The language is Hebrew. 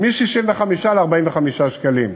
מ-65 ש"ח ל-45 ש"ח.